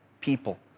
people